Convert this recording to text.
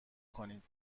کنید